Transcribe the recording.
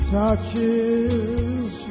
Touches